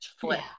flip